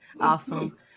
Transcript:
Awesome